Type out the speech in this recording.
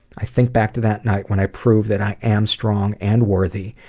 i think back to that night when i proved that i am strong and worthy,